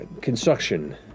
construction